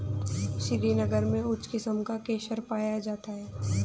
श्रीनगर में उच्च किस्म का केसर पाया जाता है